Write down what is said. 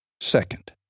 Second